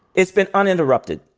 it's been uninterrupted.